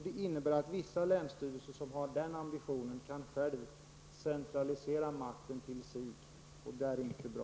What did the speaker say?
Det innebär att vissa länsstyrelser kan centralisera makten till sig, om de har den ambitionen, och det är inte bra.